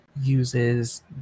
uses